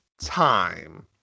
time